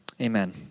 amen